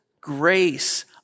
grace